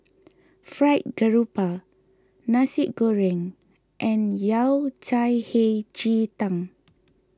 Fried Grouper Nasi Goreng and Yao Cai Hei Ji Tang